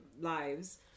lives